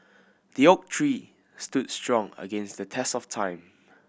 the oak tree stood strong against the test of time